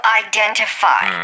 identify